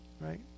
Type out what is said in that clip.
Right